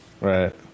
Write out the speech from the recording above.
Right